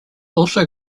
also